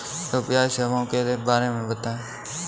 UPI सेवाओं के बारे में बताएँ?